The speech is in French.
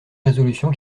résolution